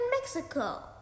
Mexico